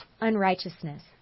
unrighteousness